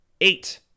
eight